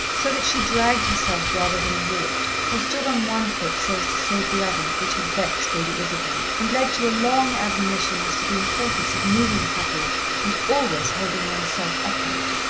so that she dragged herself rather than walked, or stood on one foot so as to save the other, which had vexed lady isabel, and led to a long admonition as to the importance of moving properly and always holding oneself upright.